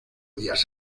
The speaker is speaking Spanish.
días